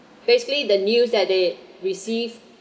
basically the news that they receive